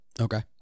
Okay